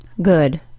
good